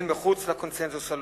אל מחוץ לקונסנזוס הלאומי.